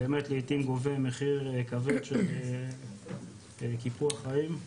באמת לעיתים גובה מחיר כבד של קיפוח חיים,